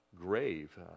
grave